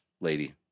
lady